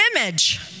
image